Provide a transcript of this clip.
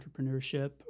entrepreneurship